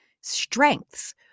strengths